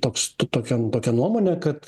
toks tokia tokia nuomonė kad